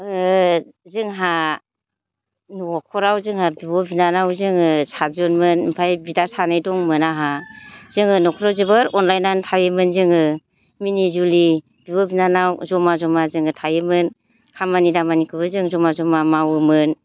जोंहा न'खराव जोंहा बिब' बिनानाव जोङो सातजनमोन ओमफाय बिदा सानै दंमोन आंहा जोङो न'खराव जोबोर अनलायनानै थायोमोन जोङो मिनिजुलि बिब' बिनानाव जमा जमा जोङो थायोमोन खामानि दामानिखोबो जों जमा जमा मावोमोन